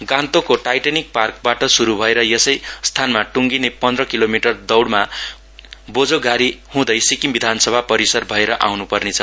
गान्तोकको टाइटनिक पार्कबाट शुरु भएर यसै स्थानमा ट्टङ्गिने पन्द्र किलोमिटरको दौड़मा बौझोघारी हुँदै सिक्किम विधानसभा परिसर भएर आउन् पर्नेछ